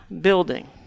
building